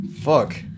Fuck